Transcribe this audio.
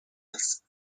است